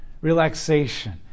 relaxation